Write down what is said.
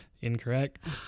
Incorrect